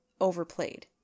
overplayed